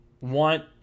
want